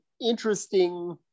interesting